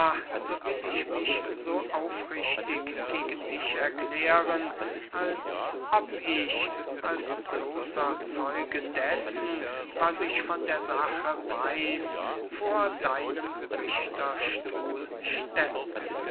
so will ich mich so aufrichtig gegen dich erklären als ob ich als bloßer zeuge dessen was ich von der sache weiß vor deinem richterstuhl stände